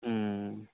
ம்